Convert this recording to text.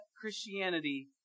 Christianity